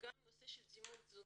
וגם נושא של סימון תזונתי,